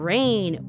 Rain